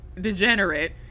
degenerate